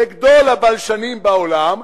לגדול הבלשנים בעולם,